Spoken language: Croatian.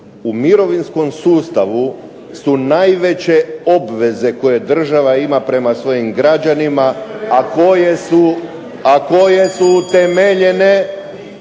U mirovinskom sustavu su najveće obveze koje država ima prema svojim građanima, a koje su utemeljene